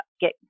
get